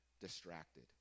distracted